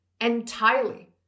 entirely